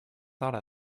have